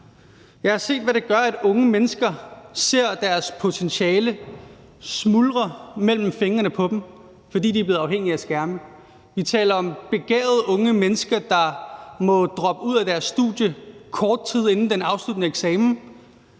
Jeg har set, hvad det gør, når unge mennesker ser deres potentiale smuldre mellem fingrene på dem, fordi de er blevet afhængige af skærme. Vi taler om begavede unge mennesker, der må droppe ud af deres studie kort tid inden den afsluttende eksamen;